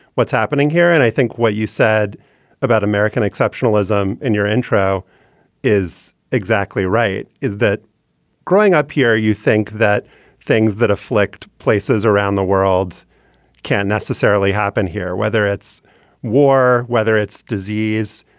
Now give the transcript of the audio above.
what's happening here and i think what you said about american exceptionalism in your intro is exactly right. is that growing up here, you think that things that afflict places around the world can't necessarily happen here, whether it's war, whether it's disease,